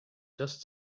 just